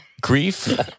Grief